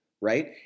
right